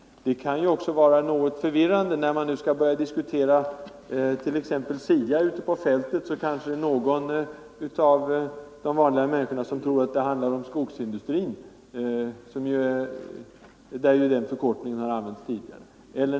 Det kan vara förvirrande. När man t.ex. skall diskutera SIA ute på fältet kanske någon av de vanliga människorna tror att det handlar om skogsindustrin, där den förkortningen har använts tidigare.